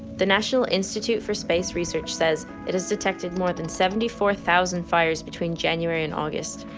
the national institute for space research says it has detected more than seventy four thousand fires between january and august.